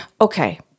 okay